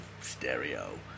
stereo